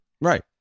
Right